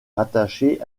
rattachée